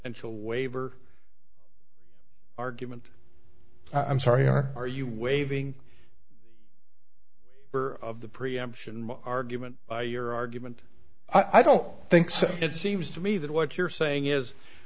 a waiver argument i'm sorry are are you waiving her of the preemption argument by your argument i don't think so it seems to me that what you're saying is